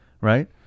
right